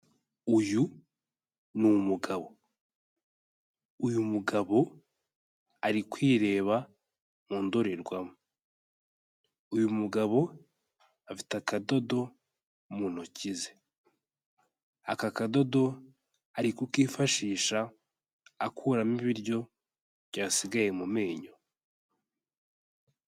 Uyu ni umugabo, uyu mugabo ari kwireba mu ndorerwamo. Uyu mugabo afite akadodo mu ntoki ze, aka kadodo ari kukifashisha akuramo ibiryo byasigaye mu menyo.